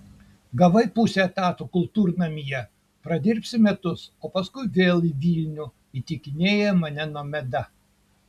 gavai pusę etato kultūrnamyje pradirbsi metus o paskui vėl į vilnių įtikinėja mane nomeda